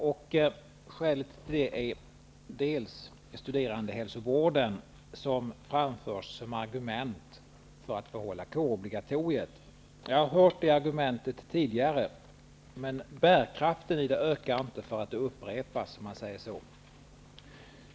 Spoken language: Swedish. Herr talman! Skälet till att jag begär replik är bl.a. studerandehälsovården, som framförs som argument för att behålla kårobligatoriet. Jag har hört det argumentet tidigare, men bärkraften i det ökar inte för att det upprepas.